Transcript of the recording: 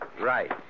Right